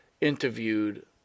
interviewed